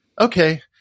okay